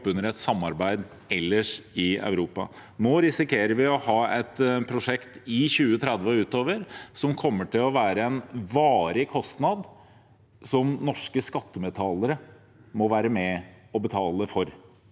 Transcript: opp under et samarbeid ellers i Europa. Nå risikerer vi å ha et prosjekt i 2030 og utover som kommer til å være en varig kostnad, som norske skattebetalere må være med og betale for,